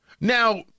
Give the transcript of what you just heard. Now